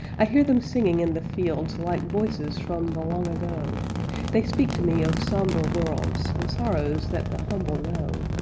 i hear them singing in the fields like voices from the long-ago they speak to me of somber worlds and sorrows that the humble know